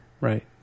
Right